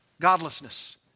godlessness